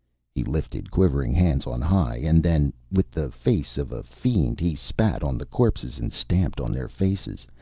he lifted quivering hands on high, and then, with the face of a fiend, he spat on the corpses and stamped on their faces,